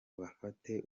bafate